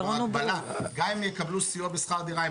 גם אם יקבלו סיוע בשכר דירה,